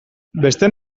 besteen